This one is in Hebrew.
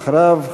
ואחריו,